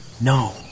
No